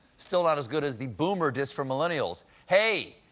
still not as good as the boomer diss for millennials hey,